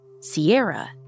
Sierra